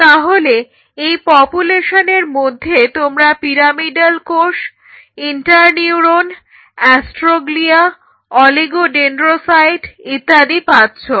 তাহলে এই পপুলেশনের মধ্যে তোমরা পিরামিডাল কোষ ইন্টার নিউরন অ্যাস্ট্রোগ্লিয়া অলিগোডেন্ড্রোসাইট ইত্যাদি পাচ্ছো